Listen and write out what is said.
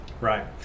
Right